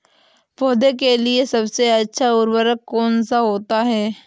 पौधे के लिए सबसे अच्छा उर्वरक कौन सा होता है?